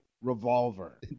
revolver